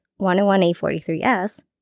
101A43S